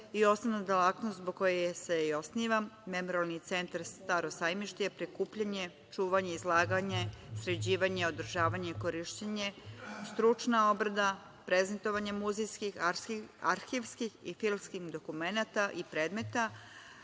i osnovna delatnost zbog koje se i osniva Memorijalni centar „Staro sajmište“ je prikupljanje, čuvanje, izlaganje, sređivanje, održavanje, korišćenje, stručna obrada, prezentovanje muzejskih, arhivskih i filmskih dokumenata i predmeta,